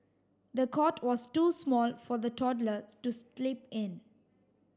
the cot was too small for the toddler to sleep in